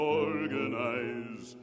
organize